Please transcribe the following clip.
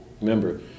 Remember